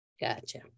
Gotcha